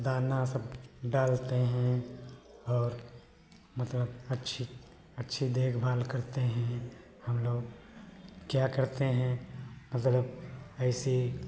दाना सब डालते हैं और मतलब पक्षी अच्छी देखभाल करते हैं हमलोग क्या करते हैं मतलब ऐसी